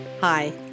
Hi